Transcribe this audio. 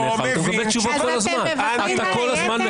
אתה מקבל תשובות כל הזמן.